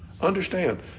Understand